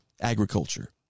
agriculture